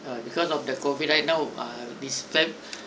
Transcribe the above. uh because of the COVID right now uh this plan